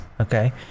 okay